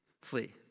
flee